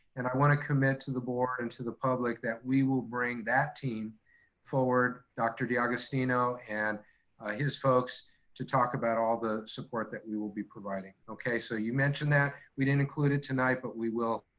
and i wanna commit to the board and to the public that we will bring that team forward, dr. d'agostino and his folks to talk about all the support that we will be providing. okay. so you mentioned that, we didn't include it tonight, but we will.